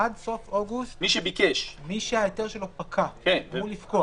עד סוף אוגוסט, מי שההיתר שלו אמור לפקוע